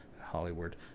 Hollywood